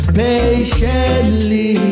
patiently